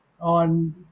on